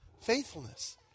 faithfulness